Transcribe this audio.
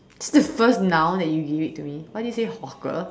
that's the first noun that you give it to me why did you say hawker